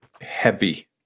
heavy